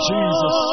Jesus